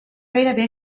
gairebé